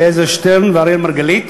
אלעזר שטרן ואראל מרגלית.